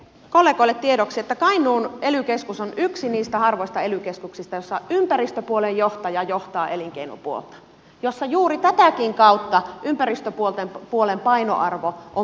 kollegoille tiedoksi että kainuun ely keskus on yksi niistä harvoista ely keskuksista joissa ympäristöpuolen johtaja johtaa elinkeinopuolta jossa juuri tätäkin kautta ympäristöpuolen painoarvo on poikkeuksellisen vahva